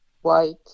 white